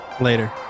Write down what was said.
Later